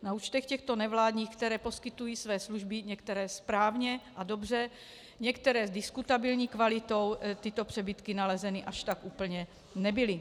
Na účtech těchto nevládních, které poskytují své služby některé správně a dobře, některé s diskutabilní kvalitou, tyto přebytky nalezeny až tak úplně nebyly.